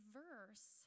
verse